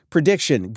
prediction